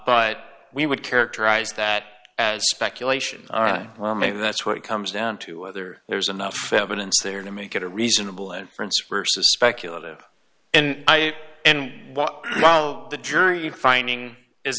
but we would characterize that as speculation well maybe that's what it comes down to whether there's enough evidence there to make it a reasonable inference versus speculative and i and what the jury finding is